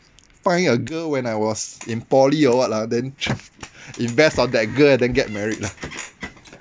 find a girl when I was in poly or what lah then invest on that girl and then get married lah